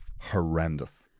Horrendous